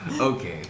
Okay